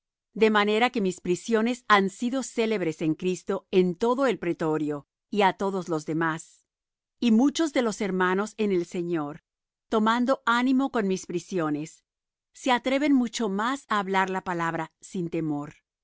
de manera que mis prisiones han sido célebres en cristo en todo el pretorio y á todos los demás y muchos de los hermanos en el señor tomando ánimo con mis prisiones se atreven mucho más á hablar la palabra sin temor